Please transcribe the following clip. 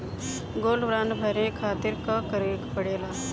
Gold bond भरे खातिर का करेके पड़ेला?